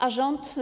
A rząd?